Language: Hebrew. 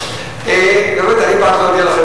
היא אומרת: אני באתי להודיע לכם,